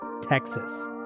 Texas